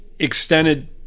extended